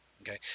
okay